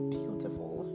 beautiful